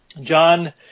John